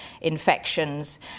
infections